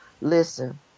Listen